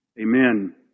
Amen